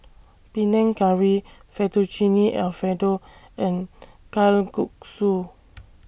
Panang Curry Fettuccine Alfredo and Kalguksu